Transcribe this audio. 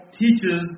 teaches